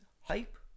hype